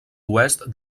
oest